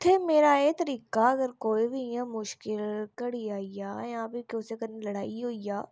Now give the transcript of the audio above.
उत्थै मेरा एह् तरीका अगर कोई बी इयां मुश्किल घड़ी आई गेई जां फ्है कुसे कन्नै लडा़ई होई जा